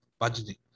budgeting